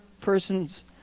person's